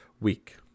week